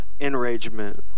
enragement